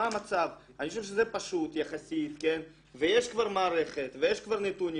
אני חושב שזה פשוט יחסית ויש כבר מערכת ויש כבר נתונים.